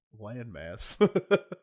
landmass